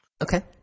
Okay